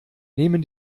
nehmen